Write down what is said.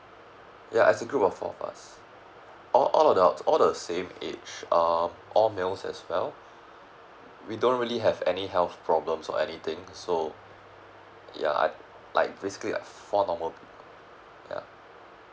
ya as a group of four of us all adults all the same age um all males as well we don't really have any health problems or anything so ya I'd like basically four normal g~ ya